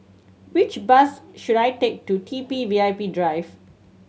which bus should I take to T B V I P Drive